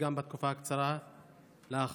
וגם בתקופה הקצרה לאחרונה.